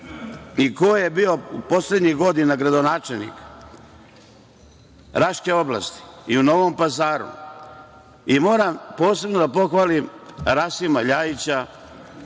i ko je bio poslednjih godina gradonačelnik Raške oblasti i u Novom Pazaru, moram posebno da pohvalim Rasima Ljajića